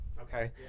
Okay